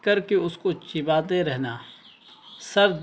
کر کے اس کو چباتے رہنا سر